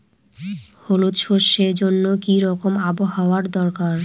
হলুদ সরষে জন্য কি রকম আবহাওয়ার দরকার?